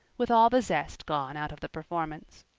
with all the zest gone out of the performance.